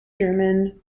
german